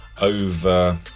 over